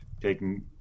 taking